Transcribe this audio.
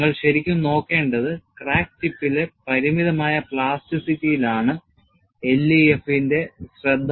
നിങ്ങൾ ശരിക്കും നോക്കേണ്ടത് ക്രാക്ക് ടിപ്പിലെ പരിമിതമായ പ്ലാസ്റ്റിസിറ്റിയിൽ ആണ് LEFM ഇന്റെ ശ്രദ്ധ